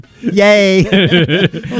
yay